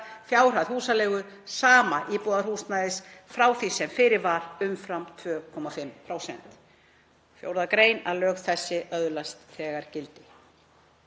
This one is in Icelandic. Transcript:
fjárhæð húsaleigu sama íbúðarhúsnæðis frá því sem fyrir var umfram 2,5%. 4. gr. Lög þessi öðlast þegar gildi.“